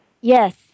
Yes